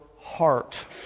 heart